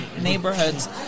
neighborhoods